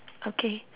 okay